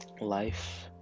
life